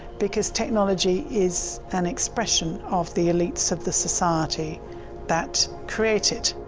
because technology is an expression of the elites of the society that create it.